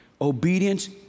obedience